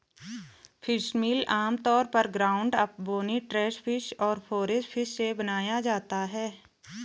fishmeal आमतौर पर ground up, bony trash fish और फोरेज फिश से बनाया जाता है